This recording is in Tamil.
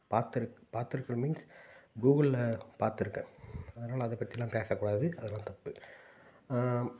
பார்த்துருக் பார்த்துருக்கேன் மீன்ஸ் கூகுளில் பார்த்துருக்கேன் அதனால் அதை பற்றில்லாம் பேசக்கூடாது அதெலாம் தப்பு